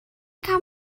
kann